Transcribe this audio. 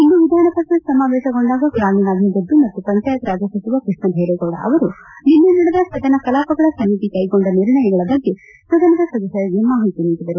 ಇಂದು ವಿಧಾನಪರಿಷತ್ ಸಮಾವೇಶಗೊಂಡಾಗ ಗ್ರಾಮೀಣಾಭಿವ್ಯದ್ಧಿ ಮತ್ತು ಪಂಚಾಯತ್ ರಾಜ್ ಸಚಿವ ಕೃಷ್ಣಬೈರೇಗೌಡ ಅವರು ನಿನ್ನೆ ನಡೆದ ಸದನ ಕಲಾಪಗಳ ಸಮಿತಿ ಕೈಗೊಂಡ ನಿರ್ಣಯಗಳ ಬಗ್ಗೆ ಸದನದ ಸದಸ್ಕರಿಗೆ ಮಾಹಿತಿ ನೀಡಿದರು